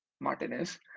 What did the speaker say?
Martinez